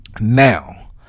Now